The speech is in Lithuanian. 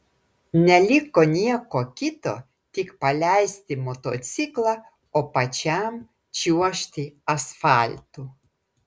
neliko nieko kito tik paleisti motociklą o pačiam čiuožti asfaltu